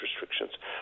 restrictions